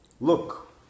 Look